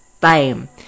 time